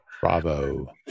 Bravo